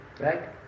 Right